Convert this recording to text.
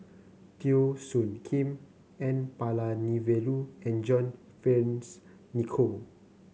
Teo Soon Kim N Palanivelu and John Fearns Nicoll